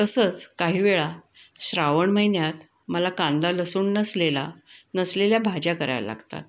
तसंच काही वेळा श्रावण महिन्यात मला कांदा लसूण नसलेला नसलेल्या भाज्या कराव्या लागतात